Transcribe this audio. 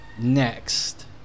next